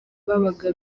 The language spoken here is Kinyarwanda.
babaga